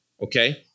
okay